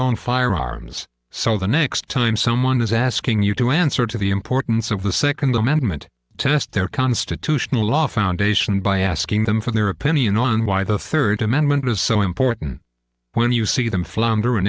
on firearms so the next time someone is asking you to answer to the importance of the second amendment test their constitutional law foundation by asking them for their opinion on why the third amendment was so important when you see them flounder